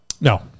No